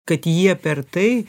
kad jie per tai